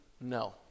No